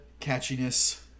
catchiness